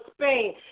Spain